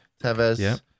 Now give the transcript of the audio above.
Tevez